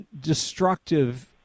destructive